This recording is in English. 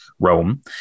Rome